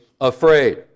afraid